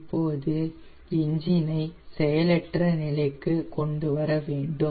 இப்போது என்ஜின் ஐ செயலற்ற நிலைக்கு கொண்டு வரவேண்டும்